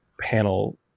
panel